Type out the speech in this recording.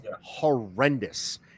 horrendous